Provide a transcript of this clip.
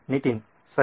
ನಿತಿನ್ ಸರಿ